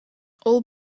all